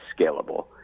scalable